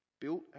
built